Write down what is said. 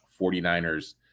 49ers